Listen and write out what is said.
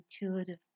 intuitive